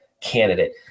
candidate